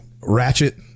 Ratchet